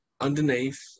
underneath